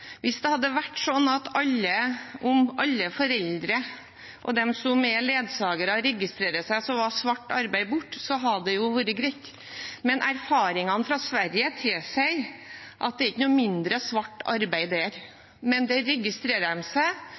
Hvis det hadde vært sånn at om alle foreldre og ledsagere registrerte seg, så hadde alt svart arbeid blitt borte, da hadde det vært greit. Men erfaringene fra Sverige tilsier at det ikke er noe mindre svart arbeid der. Der registrerer de seg,